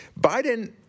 Biden